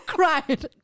Cried